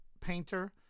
painter